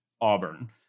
Auburn